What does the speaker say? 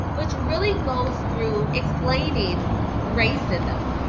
which really goes through explaining racism.